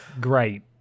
Great